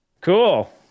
cool